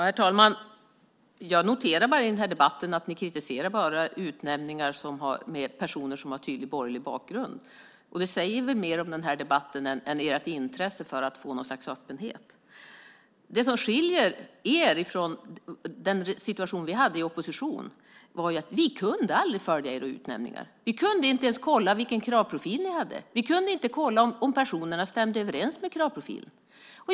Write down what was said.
Herr talman! Jag noterar i den här debatten att ni bara kritiserar utnämningar av personer som har tydlig borgerlig bakgrund. Det säger väl mer om den här debatten än ert intresse för att få något slags öppenhet. Det som skiljer er från den situation som vi hade i opposition var att vi aldrig kunde följa era utnämningar. Vi kunde inte ens kolla vilken kravprofil ni hade. Vi kunde inte kolla om personerna stämde överens med kravprofilen.